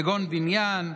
כגון בניין,